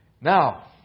Now